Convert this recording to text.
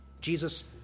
Jesus